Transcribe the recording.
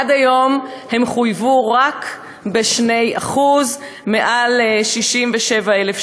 עד היום הם חויבו רק ב-2% מעל 67,000 שקל,